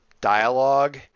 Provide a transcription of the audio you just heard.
dialogue